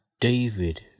David